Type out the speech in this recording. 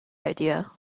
idea